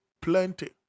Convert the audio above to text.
plenty